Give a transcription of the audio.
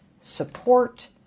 support